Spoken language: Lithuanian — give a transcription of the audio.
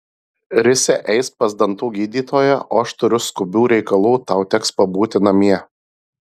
risia eis pas dantų gydytoją o aš turiu skubių reikalų tau teks pabūti namie